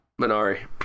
Minari